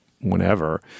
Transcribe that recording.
whenever